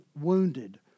wounded